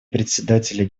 председателя